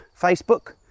Facebook